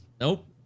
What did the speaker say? Nope